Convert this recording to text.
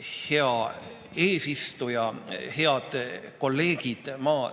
Hea eesistuja! Head kolleegid! Ma